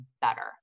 better